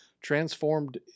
Transformed